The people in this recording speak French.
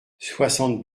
soixante